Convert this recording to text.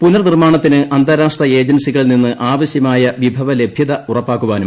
പുനർനിർമാണത്തിന് അന്താരാഷ്ട്ര ഏജൻസികളിൽ നിന്ന് ആവശ്യമായ വിഭവലഭൃത ഉറപ്പാക്കാനും